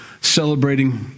celebrating